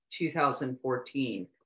2014